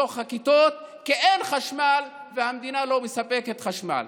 בתוך הכיתות, כי אין חשמל והמדינה לא מספקת חשמל.